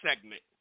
segment